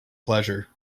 pleasure